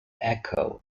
echo